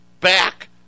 back